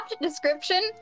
description